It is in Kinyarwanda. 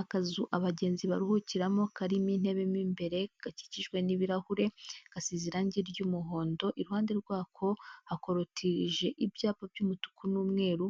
Akazu abagenzi baruhukiramo karimo intebe m’imbere, gakikijwe n'ibirahure, gasize irangi ry'umuhondo, iruhande rwako hakorotije ibyapa by'umutuku n'umweru,